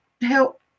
help